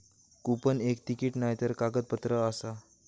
coupon एक तिकीट नायतर कागदपत्र आसा